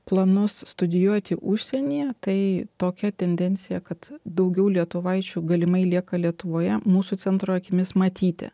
planus studijuoti užsienyje tai tokia tendencija kad daugiau lietuvaičių galimai lieka lietuvoje mūsų centro akimis matyti